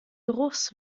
geruchs